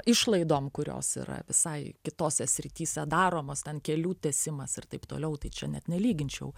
išlaidom kurios yra visai kitose srityse daromos ten kelių tęsimas ir taip toliau tai čia net nelyginčiau